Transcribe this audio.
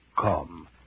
Come